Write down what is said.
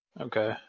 Okay